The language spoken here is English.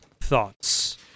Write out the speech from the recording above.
thoughts